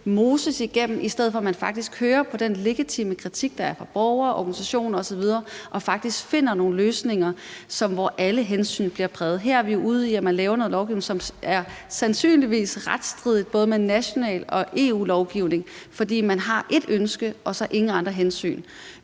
moses igennem, i stedet for at man faktisk hører på den legitime kritik, der er fra borgere og organisationer osv., og faktisk finder nogle løsninger, som bliver præget af alle hensyn? Her er vi ude i, at man laver noget lovgivning, som sandsynligvis er retsstridigt både i forhold til national lovgivning og EU-lovgivning, fordi man har ét ønske og ingen andre hensyn